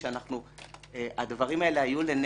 הוא מבקש: אל תבקשו.